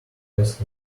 best